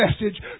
message